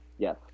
Yes